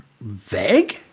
vague